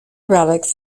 relics